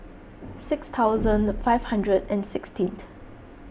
six thousand five hundred and sixteenth